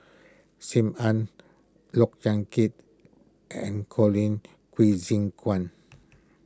Sim Ann Look Yan Kit and Colin Qi Zhe Quan